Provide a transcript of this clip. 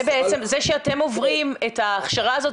זה שאתם עוברים את ההכשרה הזאת,